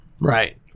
Right